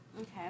Okay